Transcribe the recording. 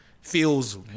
feels